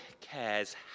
cares